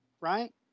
right